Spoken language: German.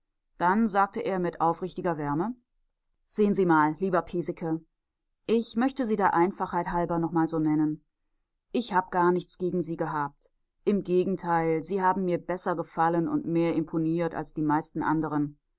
dann sagte er mit aufrichtiger wärme sehen sie mal lieber piesecke ich möchte sie der einfachheit halber noch mal so nennen ich hab gar nichts gegen sie gehabt im gegenteil sie haben mir besser gefallen und mehr imponiert als die meisten anderen